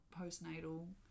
postnatal